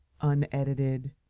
unedited